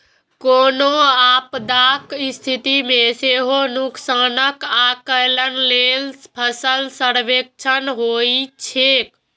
कोनो आपदाक स्थिति मे सेहो नुकसानक आकलन लेल फसल सर्वेक्षण होइत छैक